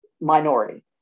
minority